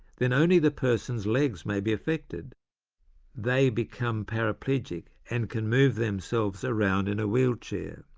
then only the person's legs may be affected they become paraplegic, and can move themselves around in a wheelchair.